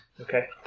Okay